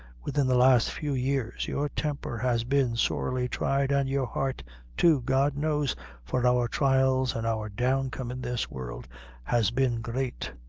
within the last few years your temper has been sorely tried, and your heart too, god knows for our trials and our downcome in this world has been great.